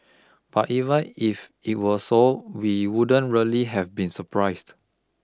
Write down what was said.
but even if it were so we wouldn't really have been surprised